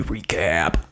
Recap